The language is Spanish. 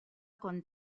con